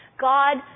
God